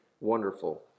wonderful